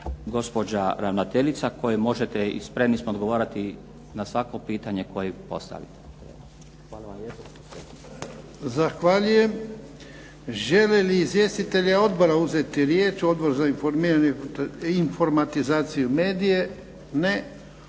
gospođa ravnateljica koju možete i spremni smo odgovarati na svako pitanje koje postavite. Hvala vam lijepo. **Jarnjak, Ivan (HDZ)** Zahvaljujem. Želi li izvjestitelji odbora uzeti riječ? Odbor za informiranje, informatizaciju i medije? Ne.